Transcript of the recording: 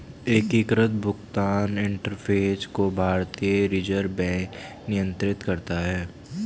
एकीकृत भुगतान इंटरफ़ेस को भारतीय रिजर्व बैंक नियंत्रित करता है